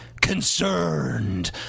CONCERNED